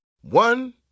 One